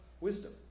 Wisdom